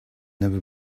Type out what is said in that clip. never